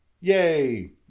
Yay